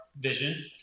vision